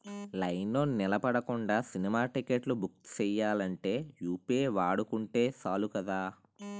లైన్లో నిలబడకుండా సినిమా టిక్కెట్లు బుక్ సెయ్యాలంటే యూ.పి.ఐ వాడుకుంటే సాలు కదా